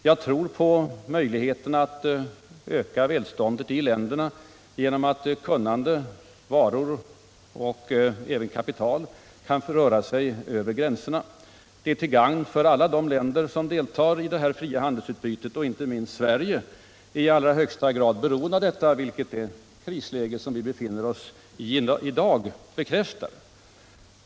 Jag tror på möjligheten att öka välståndet i länderna genom att kunnande, varor och även kapital kan röra sig över gränserna. Det är till gagn för alla de länder som deltar i det här fria handelsutbytet. Inte minst Sverige är i allra högsta grad beroende av detta, vilket det krisläge som vi befinner oss i i dag bekräftar.